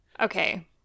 Okay